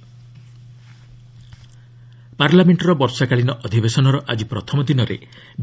LS no confidence ପାର୍ଲାମେଷ୍ଟର ବର୍ଷାକାଳୀନ ଅଧିବେଶନର ଆଜି ପ୍ରଥମ ଦିନରେ